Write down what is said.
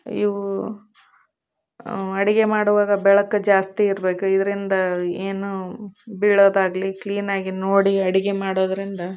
ಇವು ಅಡುಗೆ ಮಾಡುವಾಗ ಬೆಳಕು ಜಾಸ್ತಿ ಇರಬೇಕು ಇದರಿಂದ ಏನೂ ಬೀಳೋದಾಗಲಿ ಕ್ಲೀನಾಗಿ ನೋಡಿ ಅಡುಗೆ ಮಾಡೋದರಿಂದ